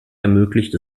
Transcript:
ermöglicht